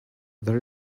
there